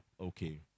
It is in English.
Okay